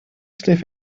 sniff